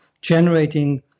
generating